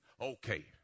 Okay